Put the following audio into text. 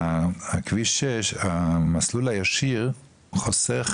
המסלול הישיר חוסך,